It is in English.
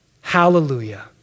Hallelujah